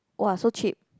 [wah] so cheap